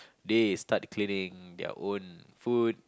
they start clearing their own food